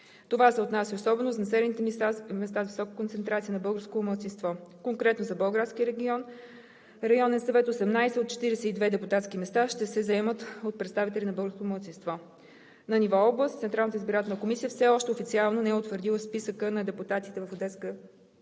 Това се отнася особено за населените места с висока концентрация на българско малцинство. Конкретно за Болградския регион – районен съвет, 18 от 42 депутатски места ще се заемат от представители на българското малцинство. На ниво област Централната избирателна комисия все още официално не е утвърдила списъка на депутатите в Одеския областен